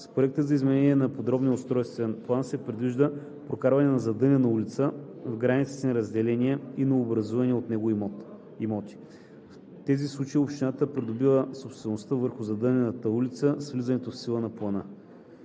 с проекта за изменение на подробния устройствен план се предвижда прокарване на задънена улица в границите на разделяния и новообразуваните от него имоти. В тези случаи общината придобива собствеността върху задънената улица с влизането в сила на плана.“